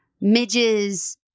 midges